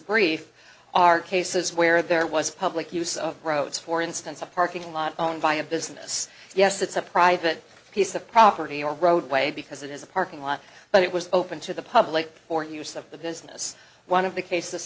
brief are cases where there was public use of gross for instance a parking lot owned by a business yes it's a private piece of property or roadway because it is a parking lot but it was open to the public for use of the business one of the cases